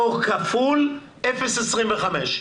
כפול 0.25,